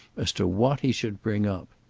as to what he should bring up.